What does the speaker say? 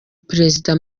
perezida